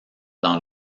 dans